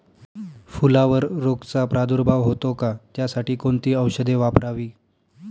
फुलावर रोगचा प्रादुर्भाव होतो का? त्यासाठी कोणती औषधे वापरावी?